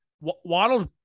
Waddles